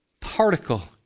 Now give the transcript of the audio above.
particle